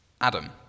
Adam